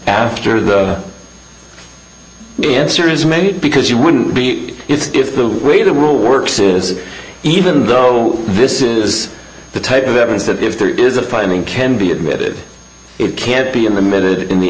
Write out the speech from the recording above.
after the answer is made because you wouldn't be if the way the rule works is even though this is the type of evidence that if there is a finding can be admitted it can't be in the mid in the